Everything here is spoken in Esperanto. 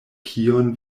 kion